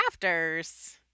Crafters